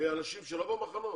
אנשים שהם לא במחנות?